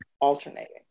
alternating